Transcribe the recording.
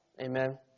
Amen